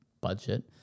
budget